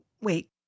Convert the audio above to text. wait